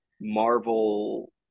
marvel